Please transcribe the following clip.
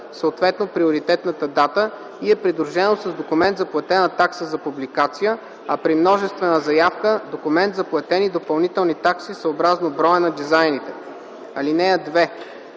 съответно приоритетната дата, и е придружено с документ за платена такса за публикация, а при множествена заявка – документ за платени допълнителни такси съобразно броя на дизайните. (2)